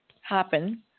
happen